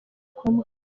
kumwe